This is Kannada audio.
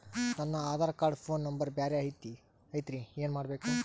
ನನ ಆಧಾರ ಕಾರ್ಡ್ ಫೋನ ನಂಬರ್ ಬ್ಯಾರೆ ಐತ್ರಿ ಏನ ಮಾಡಬೇಕು?